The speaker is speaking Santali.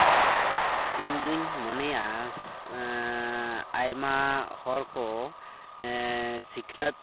ᱤᱧᱫᱩᱧ ᱢᱚᱱᱮᱭᱟ ᱟᱭᱢᱟ ᱦᱚᱲ ᱠᱚ ᱥᱤᱠᱷᱱᱟᱹᱛ